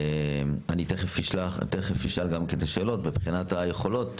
אני תיכף אשאל גם שאלות מבחינת יכולת